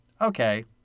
Okay